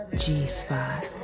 g-spot